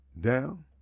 down